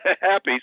happy